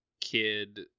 kid